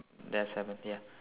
there are seven ya